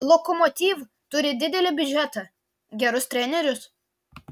lokomotiv turi didelį biudžetą gerus trenerius